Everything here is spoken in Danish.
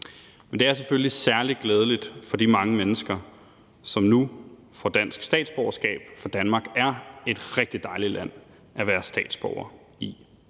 Men det er selvfølgelig særlig glædeligt for de mange mennesker, som nu får dansk statsborgerskab, for Danmark er et rigtig dejligt land at være statsborger i.